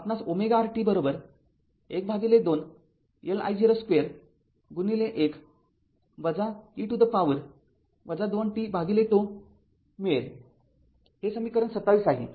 आपणास ω R t १२ L I0 square 1 e to the power 2 t τ मिळेल हे समीकरण २७ आहे